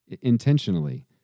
intentionally